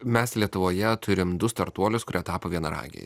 mes lietuvoje turim du startuolius kurie tapo vienaragiai